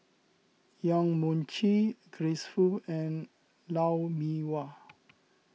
Yong Mun Chee Grace Fu and Lou Mee Wah